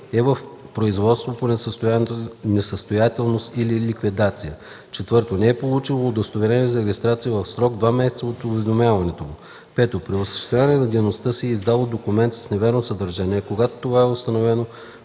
е в производство по несъстоятелност или ликвидация; 4. не е получило удостоверението за регистрация в срок два месеца от уведомяването му; 5. при осъществяване на дейността си е издало документ с невярно съдържание, когато това е установено